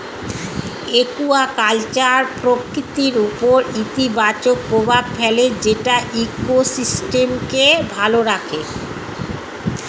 aquaculture প্রকৃতির উপর ইতিবাচক প্রভাব ফেলে যেটা ইকোসিস্টেমকে ভালো রাখে